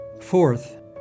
Fourth